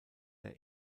der